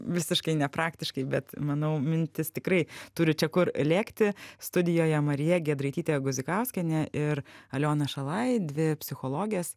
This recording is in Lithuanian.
visiškai nepraktiškai bet manau mintys tikrai turi čia kur lėkti studijoje marija giedraitytė guzikauskienė ir aliona šalaj dvi psichologės